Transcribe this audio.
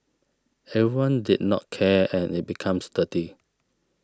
everyone did not care and it becomes dirty